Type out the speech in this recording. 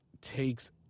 takes